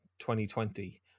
2020